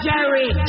Jerry